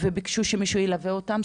וביקשו שמישהו ילווה אותם.